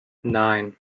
nine